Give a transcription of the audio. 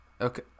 Okay